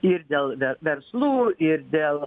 ir dėl ve verslų ir dėl